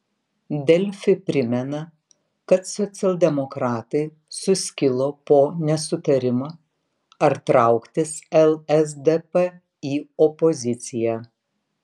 delfi primena kad socialdemokratai suskilo po nesutarimą ar trauktis lsdp į opoziciją